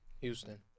Houston